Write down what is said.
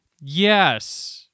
Yes